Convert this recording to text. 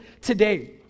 today